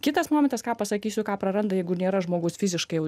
kitas momentas ką pasakysiu ką praranda jeigu nėra žmogus fiziškai